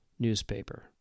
Newspaper